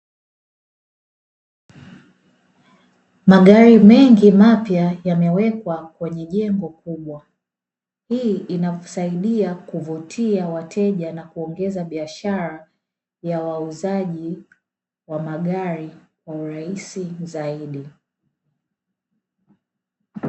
Magari mengi mapya yamewekwa kwenye jengo kubwa, hii inasaidia kuvutia wateja na kuongeza biashara ya wauzaji wa magari kwa urahisi zaidi.